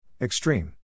Extreme